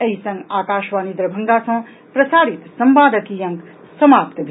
एहि संग आकाशवाणी दरभंगा सँ प्रसारित संवादक ई अंक समाप्त भेल